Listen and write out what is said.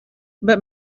but